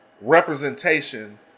representation